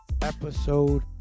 episode